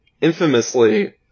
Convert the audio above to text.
infamously